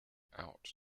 out